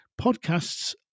Podcasts